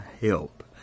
help